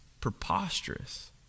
preposterous